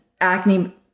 acne